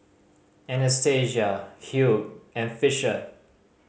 Anastacia Hugh and Fisher